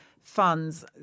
funds